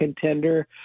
contender